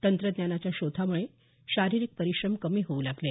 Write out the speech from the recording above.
तंत्रज्ञानाच्या शोधामुळे शारिरीक परिश्रम कमी होऊ लागले